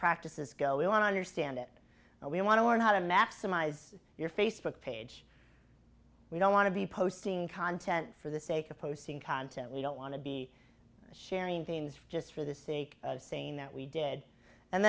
practices go we want to understand it and we want to learn how to maximize your facebook page we don't want to be posting content for the sake of posting content we don't want to be sharing things just for the sake of saying that we did and